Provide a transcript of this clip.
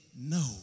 no